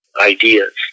ideas